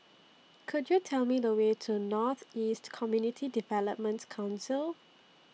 Could YOU Tell Me The Way to North East Community Developments Council